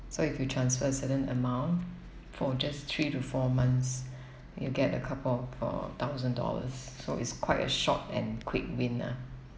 so if you transfer a certain amount for just three to four months you get a couple of uh thousand dollars so it's quite a short and quick win ah